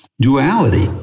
Duality